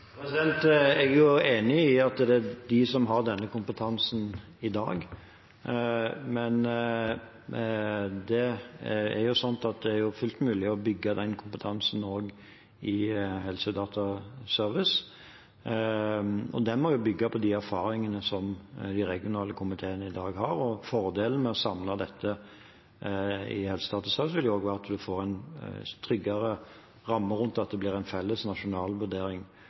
Jeg er enig i at det er de som har denne kompetansen i dag, men det er fullt mulig å bygge den kompetansen også i Helsedataservice. Den må bygge på de erfaringene som de regionale komiteene i dag har. Fordelen med å samle dette i Helsedataservice vil være at man får en tryggere ramme rundt, at det blir en felles nasjonal vurdering.